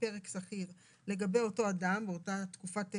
פרק שכיר לגבי אותו אדם באותה תקופת בידוד,